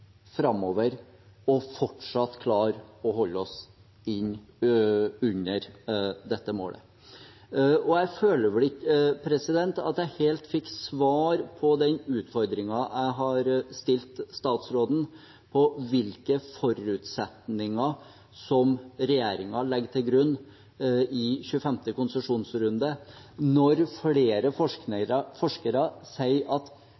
framover og fortsatt klare å holde oss under dette målet. Jeg føler vel ikke at jeg helt fikk svar på den utfordringen jeg har gitt statsråden om hvilke forutsetninger som regjeringen legger til grunn i 25. konsesjonsrunde, når flere forskere sier at